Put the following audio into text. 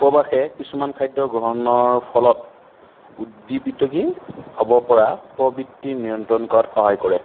উপবাসে কিছুমান খাদ্য গ্ৰহণৰ ফলত উদ্দীপিত কি হ'ব পৰা প্ৰবৃত্তি নিয়ন্ত্ৰণ কৰাত সহায় কৰে